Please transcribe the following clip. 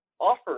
offer